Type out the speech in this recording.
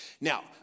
Now